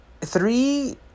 three